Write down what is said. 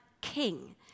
king